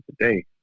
today